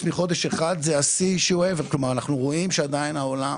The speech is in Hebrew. ואנחנו רואים שעדיין העולם